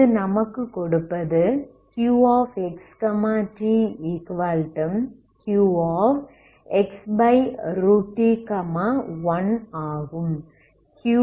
இது நமக்கு கொடுப்பது Qx tQxt 1ஆகும்